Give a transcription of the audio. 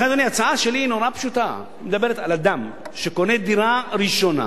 לכן ההצעה שלי נורא פשוטה: היא מדברת על אדם שקונה דירה ראשונה,